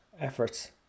efforts